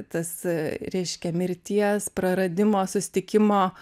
tas reiškia mirties praradimo susitikimo